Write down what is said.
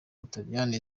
butaliyani